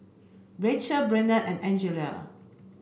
Rachel Brennen and Angela